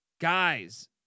guys